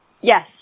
Yes